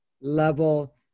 level